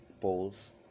polls